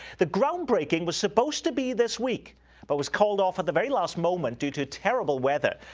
the groundbreaking was supposed to be this week but was called off at the very last moment due to terrible weather.